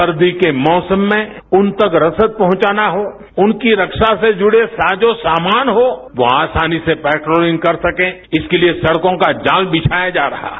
सर्दी के मौसम में उन तक रसद पहुंचाना और उनकी रक्षा से जुड़े साजों सामान हो वो आसानी से पेट्रोलिंग कर सकों इसके लिए सड़कों का जाल बिछाया जा रहा है